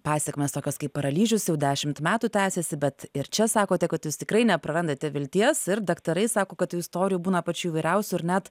pasekmės tokios kaip paralyžius jau dešimt metų tęsiasi bet ir čia sakote kad jūs tikrai neprarandate vilties ir daktarai sako kad tų istorijų būna pačių įvairiausių ir net